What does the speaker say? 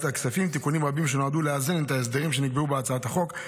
הכספים תיקונים רבים שנועדו לאזן את ההסדרים שנקבעו בהצעת החוק,